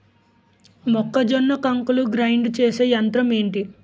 మొక్కజొన్న కంకులు గ్రైండ్ చేసే యంత్రం ఏంటి?